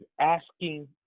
asking